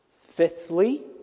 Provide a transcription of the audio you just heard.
Fifthly